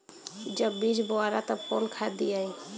जब बीज बोवाला तब कौन खाद दियाई?